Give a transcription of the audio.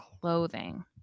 clothing